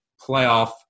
playoff